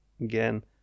Again